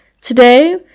Today